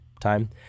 time